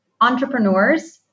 entrepreneurs